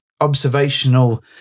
observational